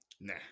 Nah